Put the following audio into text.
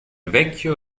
vecchio